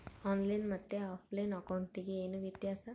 On line ಮತ್ತೆ offline ಅಕೌಂಟಿಗೆ ಏನು ವ್ಯತ್ಯಾಸ?